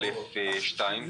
בפסקה (2),